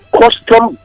custom